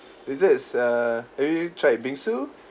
desserts err have you tried bingsu